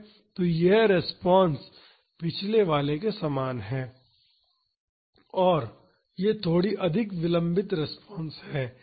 तो यह रिस्पांस पिछले के समान है और यह थोड़ी अधिक विलंबित रिस्पांस है